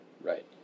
Right